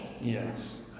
Yes